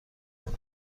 کنم